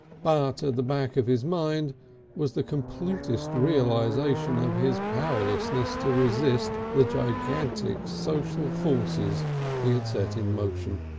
but at ah the back of his mind was the completest realisation of his powerlessness to resist the gigantic social forces he had set in motion.